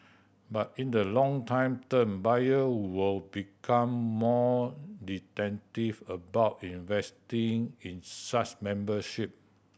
but in the longer term buyer will become more about investing in such membership